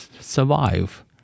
survive